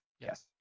yes